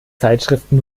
zeitschriften